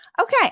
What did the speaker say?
okay